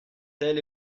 tel